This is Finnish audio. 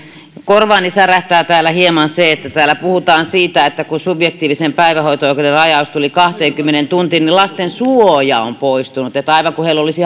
korvaani särähtää täällä hieman se että täällä puhutaan siitä että kun subjektiivisen päivähoito oikeuden rajaus tuli kahteenkymmeneen tuntiin niin lasten suoja on poistunut että aivan kuin heillä olisi